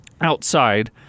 outside